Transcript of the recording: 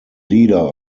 leader